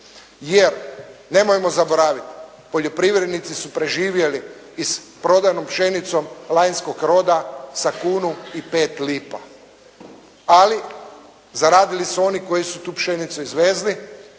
jer nemojmo zaboraviti, poljoprivrednici su preživjeli i s prodanom pšenicom lanjskog roda sa kunu i 5 lipa. Ali, zaradili su oni koji su tu pšenicu izvezli,